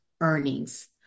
earnings